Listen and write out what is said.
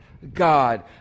God